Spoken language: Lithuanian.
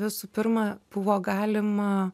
visų pirma buvo galima